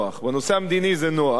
בנושא המדיני זה נוח,